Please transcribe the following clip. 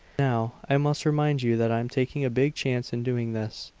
now i must remind you that i'm taking a big chance in doing this.